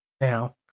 now